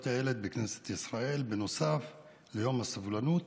הילד בכנסת ישראל נוסף על יום הסובלנות